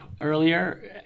earlier